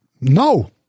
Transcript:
no